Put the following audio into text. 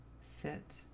Sit